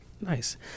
Nice